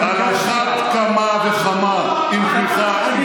על אחת כמה וכמה עם תמיכה אישית עצומה.